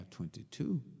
22